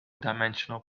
dimensional